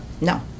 No